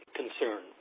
concern